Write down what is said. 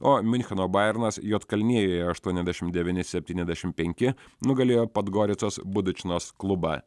o miuncheno bayernas juodkalnijoje aštuonisdešimt devyni septyniasdešim penki nugalėjo podgoricos budičnos klubą